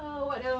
ah what else